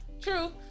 true